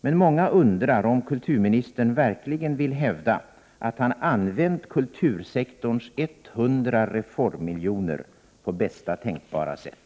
Men många undrar om kulturministern verkligen vill hävda att han använt kultursektorns ett hundra reformmiljoner på bästa tänkbara sätt.